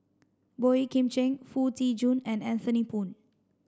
Boey Kim Cheng Foo Tee Jun and Anthony Poon